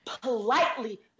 politely